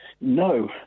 No